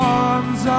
arms